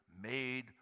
made